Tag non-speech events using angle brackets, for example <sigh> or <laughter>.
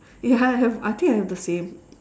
ya I have <laughs> I think I have the same